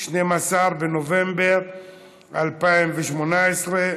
12 בנובמבר 2018,